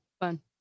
Fun